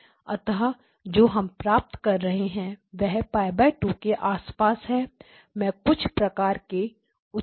अतः जो हम प्राप्त कर रहे हैं वह π 2 के आसपास है मैं कुछ प्रकार के उछाल प्राप्त करूंगा